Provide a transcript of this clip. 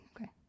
Okay